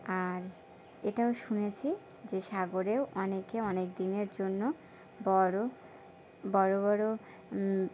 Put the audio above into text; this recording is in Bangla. আর এটাও শুনেছি যে সাগরেও অনেকে অনেক দিনের জন্য বড় বড় বড়